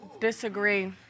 Disagree